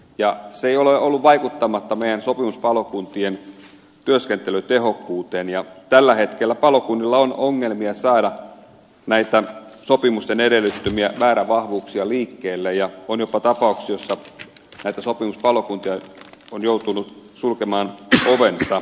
ja se ei ole voinut olla vaikuttamatta meidän sopimuspalokuntien työskentelytehokkuuteen ja tällä hetkellä palokunnilla on ongelmia saada näitä sopimusten edellyttämiä määrävahvuuksia liikkeelle ja on jopa tapauksia että jotkut sopimuspalokunnat ovat joutuneet sulkemaan ovensa